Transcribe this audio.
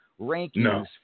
Rankings